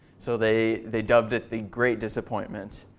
so they they dubbed it the great disappointment.